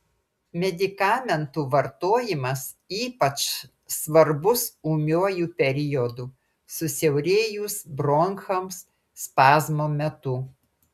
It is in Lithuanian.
medikamentų vartojimas ypač svarbus ūmiuoju periodu susiaurėjus bronchams spazmo metu